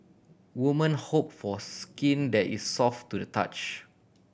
woman hope for skin that is soft to the touch